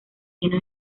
lleno